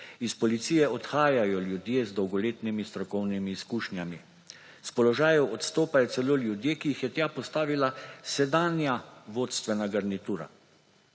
iz policije odhajajo ljudje z dolgoletnimi strokovnimi izkušnjami, s položajev odstopajo celo ljudje, ki jih je tja postavila sedanja vodstvena garnitura,